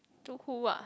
too cool ah